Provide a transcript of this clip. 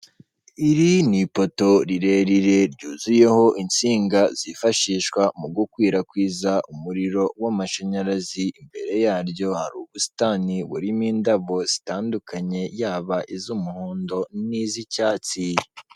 Iri ni ipoto rirerire ryuzuyeho insinga zifashishwa mu gukwirakwiza umuriro w'amashanyarazi. Imbere yaryo ubusitani burimo indabo zitandukanye yaba iz'umuhondo, n'iz'icyatsi.